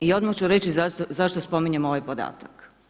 I odmah ću reći zašto spominjem ovaj podatak.